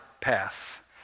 path